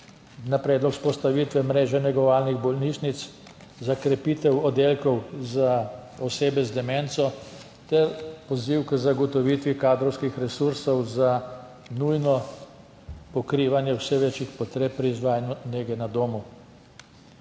na predlog vzpostavitve mreže negovalnih bolnišnic za krepitev oddelkov za osebe z demenco ter poziv k zagotovitvi kadrovskih resursov za nujno pokrivanje vse večjih potreb pri izvajanju nege na domu.